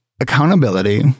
accountability